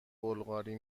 بلغاری